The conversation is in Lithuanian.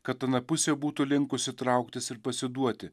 kad ana pusė būtų linkusi trauktis ir pasiduoti